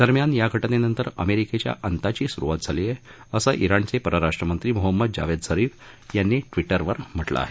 दरम्यान या घ जिनंतर अमेरिकेच्या अंताची सुरुवात झाली आहे असं जिणचे परराष्ट्रमंत्री मोहम्मद जावेद झरीफ यांनी विजेवर म्हा मिं आहे